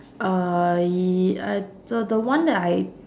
uh ya I the the one that I